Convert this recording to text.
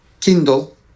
Kindle